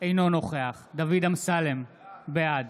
אינו נוכח דוד אמסלם, בעד